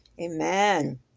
amen